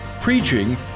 Preaching